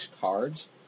cards